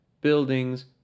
Buildings